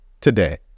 Today